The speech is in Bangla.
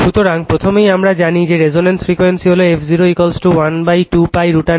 সুতরাং প্রথমেই আমরা জানি যে রেজোন্যান্স ফ্রিকোয়েন্সি হলো f012π √LC